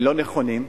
לא נכונים,